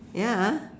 ya ah